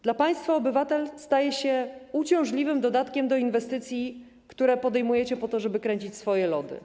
Dla państwa obywatel staje się uciążliwym dodatkiem do inwestycji, które podejmujecie po to, żeby kręcić swoje lody.